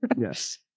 Yes